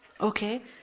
Okay